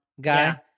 guy